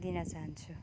लिन चहान्छु